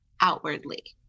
outwardly